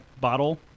bottle